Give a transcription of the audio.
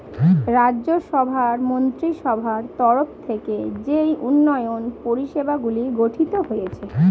রাজ্য সভার মন্ত্রীসভার তরফ থেকে যেই উন্নয়ন পরিষেবাগুলি গঠিত হয়েছে